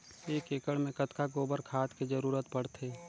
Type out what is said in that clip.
एक एकड़ मे कतका गोबर खाद के जरूरत पड़थे?